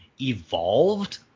evolved